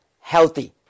healthy